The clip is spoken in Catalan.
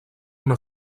una